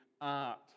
art